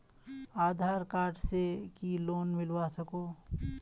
आधार card से की loan मिलवा सकोहो?